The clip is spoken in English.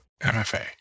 MFA